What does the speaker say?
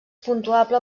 puntuable